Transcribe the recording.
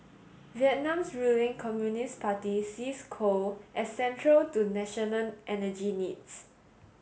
Vietnam's ruling Communist Party sees coal as central to national energy needs